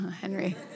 Henry